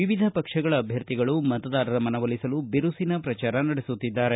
ವಿವಿಧ ಪಕ್ಷಗಳು ಅಭ್ಯರ್ಥಿಗಳು ಮತದಾರರ ಮನವೊಲಿಸಲು ಬಿರುಸಿನ ಪ್ರಚಾರ ನಡೆಸುತ್ತಿದ್ದಾರೆ